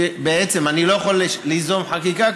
בעצם אני לא יכול ליזום חקיקה,